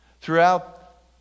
Throughout